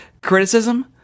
criticism